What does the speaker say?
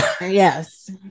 yes